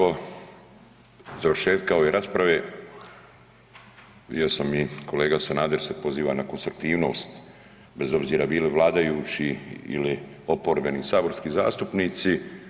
Evo nakon završetka ove rasprave, vidio sam i kolega Sanader se poziva na konstruktivnost bez obzira bili vladajući ili oporbeni saborski zastupnici.